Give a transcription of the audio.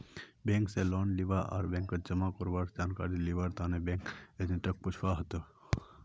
bank स loan लीबा आर बैंकत जमा करवार जानकारी लिबार तने बैंक एजेंटक पूछुवा हतोक